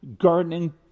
gardening